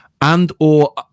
and/or